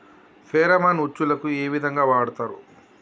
Pheromone ఉచ్చులకు ఏ విధంగా వాడుతరు?